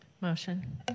Motion